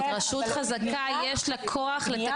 זאת אומרת, רשות חזקה יש לה כוח למצב את המערך.